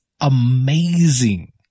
amazing